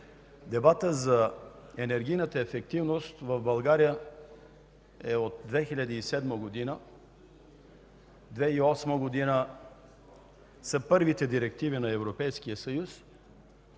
Дебатът за енергийната ефективност в България е от 2007 г. В 2008 г. са първите директиви на Европейския съюз.